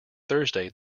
thursday